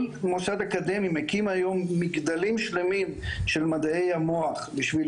כל מוסד אקדמי מקים היום מגדלים שלמים של מדעי המוח בשביל